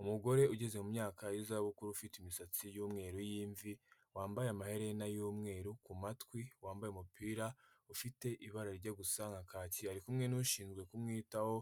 Umugore ugeze mu myaka y’izabukuru ufite imisatsi y’umweru y'imvi, wambaye amaherena y'umweru kumatwi wambaye umupira ufite ibara rijya gusa nka kaki, ari kumwe n’ushinzwe kumwitaho,